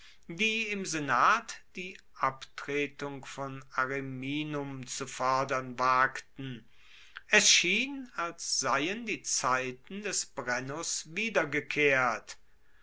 die im senat die abtretung von ariminum zu fordern wagten es schien als seien die zeiten des brennus